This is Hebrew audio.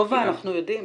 אנחנו יודעים.